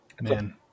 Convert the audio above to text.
Man